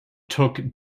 took